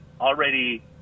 already